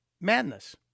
Madness